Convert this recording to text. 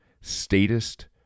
statist